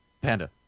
Panda